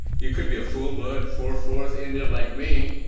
you could be a full-blood, full-force indian like me,